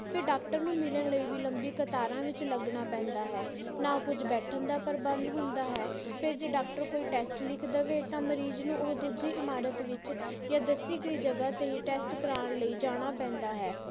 ਫਿਰ ਡਾਕਟਰ ਨੂੰ ਮਿਲਣ ਲਈ ਵੀ ਲੰਬੀ ਕਤਾਰਾਂ ਵਿੱਚ ਲੱਗਣਾ ਪੈਂਦਾ ਹੈ ਨਾ ਕੁਝ ਬੈਠਣ ਦਾ ਪ੍ਰਬੰਧ ਹੁੰਦਾ ਹੈ ਫਿਰ ਜੇ ਡਾਕਟਰ ਕੋਈ ਟੈਸਟ ਲਿਖ ਦੇਵੇ ਤਾਂ ਮਰੀਜ਼ ਨੂੰ ਉਹ ਦੂਜੀ ਇਮਾਰਤ ਵਿੱਚ ਜਾਂ ਦੱਸੀ ਗਈ ਜਗ੍ਹਾ 'ਤੇ ਹੀ ਟੈਸਟ ਕਰਵਾਉਣ ਲਈ ਜਾਣਾ ਪੈਂਦਾ ਹੈ